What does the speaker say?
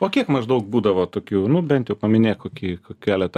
o kiek maždaug būdavo tokių nu bent jau paminėk kokį keletą